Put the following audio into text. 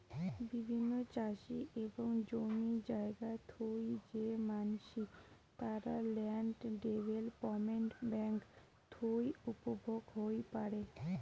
বিভিন্ন চাষি এবং জমি জায়গা থুই যে মানসি, তারা ল্যান্ড ডেভেলপমেন্ট বেঙ্ক থুই উপভোগ হই পারে